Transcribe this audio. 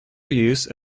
use